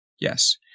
Yes